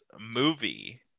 movie